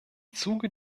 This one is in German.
zuge